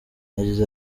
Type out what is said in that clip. yagize